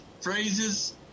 phrases